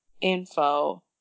info